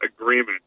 agreement